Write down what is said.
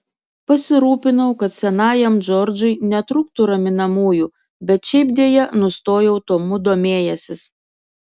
pasirūpinau kad senajam džordžui netrūktų raminamųjų bet šiaip deja nustojau tomu domėjęsis